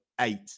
eight